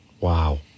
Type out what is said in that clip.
Wow